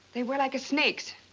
they were like a snake's.